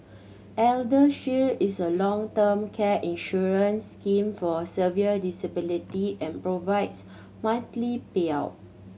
ElderShield is a long term care insurance scheme for severe disability and provides monthly payout